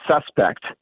suspect